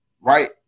right